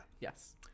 Yes